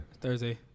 Thursday